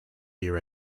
era